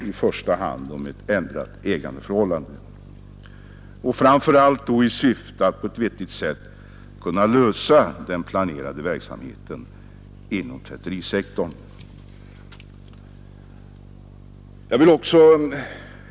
Syftet är framför allt att på ett vettigt sätt kunna organisera produktionskedjan inom tvätterisektorn.